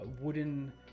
wooden